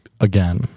again